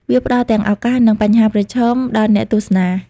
វាផ្តល់ទាំងឱកាសនិងបញ្ហាប្រឈមដល់អ្នកទស្សនា។